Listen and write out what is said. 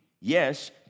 yes